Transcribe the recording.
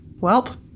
Welp